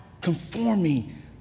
conforming